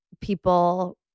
people